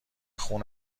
خون